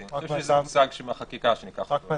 יש מושג בחקיקה שנקרא כך.